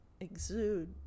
exude